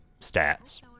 stats